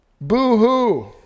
Boo-hoo